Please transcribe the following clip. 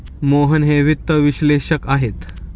मोहन हे वित्त विश्लेषक आहेत